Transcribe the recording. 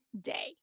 day